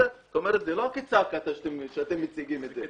כלומר זה לא הכצעקתה שאתם מציגים את זה,